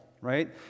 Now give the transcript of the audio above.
right